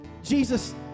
Jesus